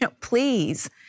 please